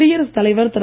குடியரசுத் தலைவர் திரு